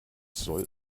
soll